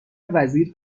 وزیر